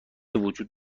وجود